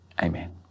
Amen